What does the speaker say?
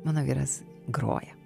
mano vyras groja